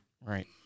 Right